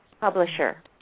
publisher